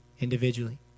individually